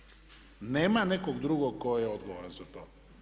Nema nekog drugog tko je odgovoran za to.